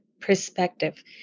perspective